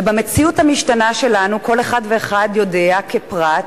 ובמציאות המשתנה שלנו כל אחד ואחד יודע כפרט,